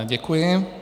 Děkuji.